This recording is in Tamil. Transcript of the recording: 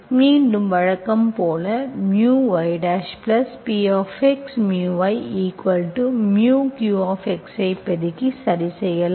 மீண்டும் வழக்கம் போல் μ yPx μ yμ q ஐ பெருக்கி சரிசெய்யலாம்